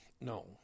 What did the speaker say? No